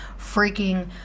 freaking